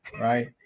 Right